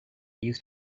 used